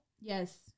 Yes